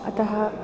अतः